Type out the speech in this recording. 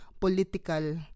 political